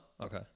okay